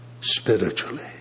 spiritually